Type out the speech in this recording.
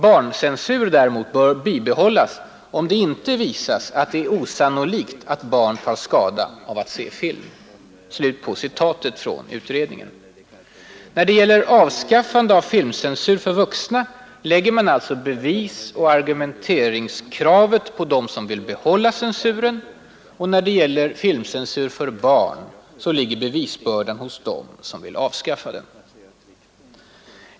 Barncensur däremot bör bibehållas om det inte visas att det är osannolikt att barn tar skada av att se film.” När det gäller avskaffande av filmcensur för vuxna lägger man alltså beviseller argumenteringskravet på dem som vill behålla censuren. När det gäller filmcensur för barn ligger bevisbördan hos dem som vill avskaffa den.